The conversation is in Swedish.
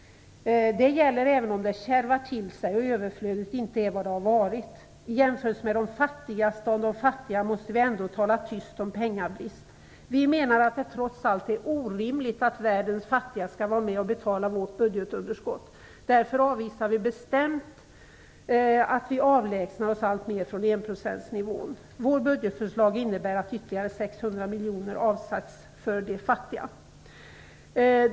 Den gäller även om det kärvar till sig och överflödet inte är vad det har varit. I jämförelse med de fattigaste av de fattiga måste vi ändå tala tyst om pengabrist. Vi menar att det trots allt är orimligt att världens fattiga skall vara med och betala vårt budgetunderskott. Därför avvisar vi kristdemokrater bestämt att vi avlägsnar oss allt mer från enprocentsnivån. Vårt budgetförslag innebär att ytterligare 600 miljoner avsätts för de fattiga.